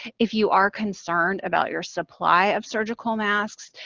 if you are concerned about your supply of surgical masks,